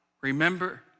Remember